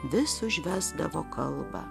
vis užvesdavo kalbą